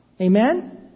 Amen